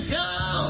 go